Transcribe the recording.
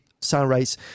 Sunrise